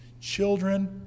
children